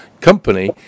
company